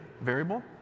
variable